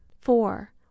four